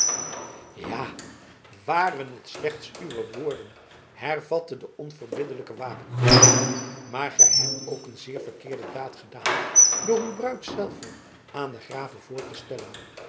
ja waren het slechts uwe woorden hervatte de onverbiddelijke wapenkoning maar gij hebt ook een zeer verkeerde daad gedaan door uw bruid zelve aan den grave voor te stellen